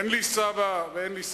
אין לי סבא ואין לי סבתא.